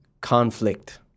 Conflict